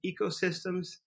ecosystems